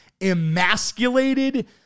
emasculated